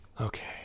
Okay